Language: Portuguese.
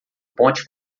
ponte